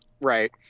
right